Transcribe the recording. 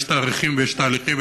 יש תאריכים ויש תהליכים,